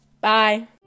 Bye